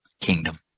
kingdom